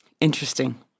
Interesting